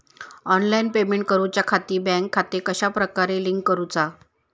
Online payment करुच्याखाती bank खाते कश्या प्रकारे लिंक करुचा?